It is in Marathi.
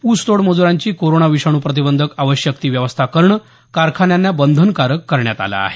ऊसतोड मजुरांची कोरोना विषाणू प्रतिबंधक आवश्यक ती व्यवस्था करणं कारखान्यांना बंधनकारक करण्यात आलं आहे